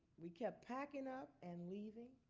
we kept packing up and leaving.